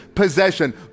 possession